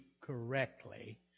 correctly